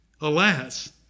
Alas